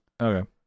Okay